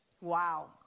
Wow